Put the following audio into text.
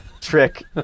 trick